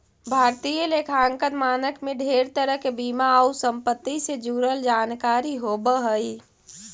भारतीय लेखांकन मानक में ढेर तरह के बीमा आउ संपत्ति से जुड़ल जानकारी होब हई